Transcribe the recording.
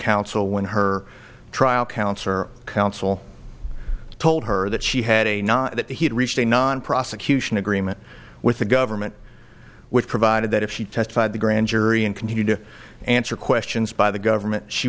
counsel when her trial counselor counsel told her that she had a not that he'd reached a non prosecution agreement with the government which provided that if she testified the grand jury and continued to answer questions by the government she